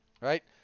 Right